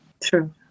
true